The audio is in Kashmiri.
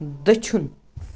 دٔچھُن